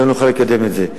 לא נוכל לקדם את זה.